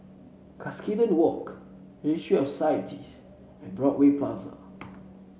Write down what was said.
Cuscaden Walk Registry of Societies and Broadway Plaza